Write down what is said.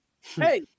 hey